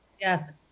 yes